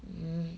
mm